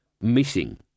missing